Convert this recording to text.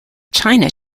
china